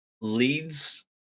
leads